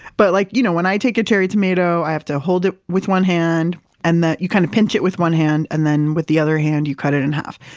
but like you know when i take a cherry tomato, i have to hold it with one hand in and that you kind of pinch it with one hand and then with the other hand you cut it in half.